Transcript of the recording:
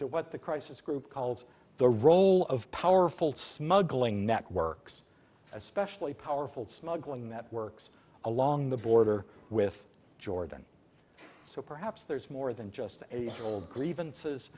to what the crisis group calls the role of powerful smuggling networks especially powerful smuggling networks along the border with jordan so perhaps there's more than just old grievances